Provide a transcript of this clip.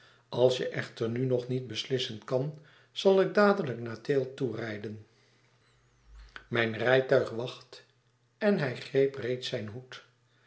als je echter nu nog niet beslissen kan zal ik dadelijk naar tayle toerijden mijn rijtuig wacht en hij greep reeds zijn hoed